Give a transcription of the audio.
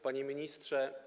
Panie Ministrze!